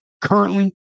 currently